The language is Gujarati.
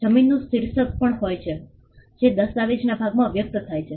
જમીનનું શીર્ષક પણ હોય છે જે દસ્તાવેજના ભાગમાં વ્યક્ત થાય છે